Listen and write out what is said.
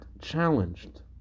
challenged